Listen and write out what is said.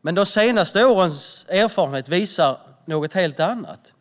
men de senaste årens erfarenheter visar något helt annat.